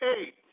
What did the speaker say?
eight